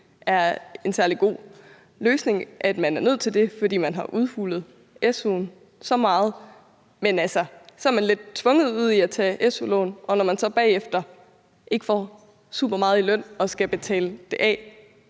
er en særlig god løsning, at man er nødt til det, fordi su'en er blevet udhulet så meget. Men så er man lidt tvunget ud i at tage su-lån, og når man så bagefter ikke får supermeget i løn og skal betale det af,